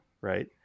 right